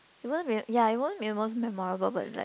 even when ya it won't it wasn't memorable but it's like